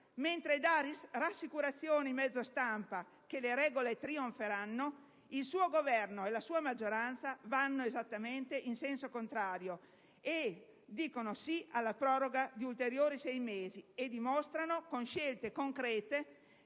mentre dà rassicurazioni a mezzo stampa che le regole trionferanno, il suo Governo e la sua maggioranza vanno esattamente in senso contrario: dicono sì alla proroga di ulteriori sei mesi e dimostrano, con scelte concrete,